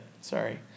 Sorry